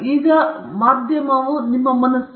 ಈಗ ಮಾಧ್ಯಮವು ನಿಮ್ಮ ಮನಸ್ಸು